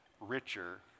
richer